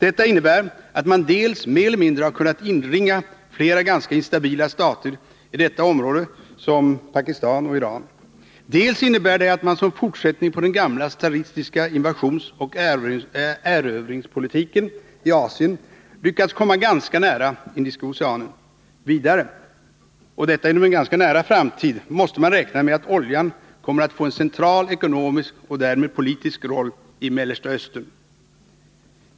Detta innebär dels att man mer eller mindre har kunnat inringa flera ganska instabila stater i detta område, såsom Pakistan och Iran, dels att man som fortsättning på den gamla tsaristiska invasionsoch erövringspolitiken i Asien lyckats komma ganska nära Indiska Oceanen. Vidare — och detta inom mycket nära framtid — måste man räkna med att oljan kommer att få en central ekonomisk och därmed politisk roll i Mellersta Östern.